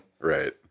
Right